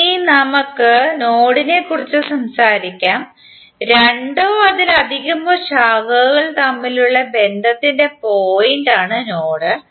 ഇനി നമുക്ക് നോഡിനെക്കുറിച്ച് സംസാരിക്കാം രണ്ടോ അതിലധികമോ ശാഖകൾ തമ്മിലുള്ള ബന്ധത്തിന്റെ പോയിന്റാണ് നോഡ്